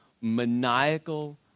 maniacal